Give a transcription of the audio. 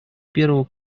первого